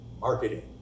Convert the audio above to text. marketing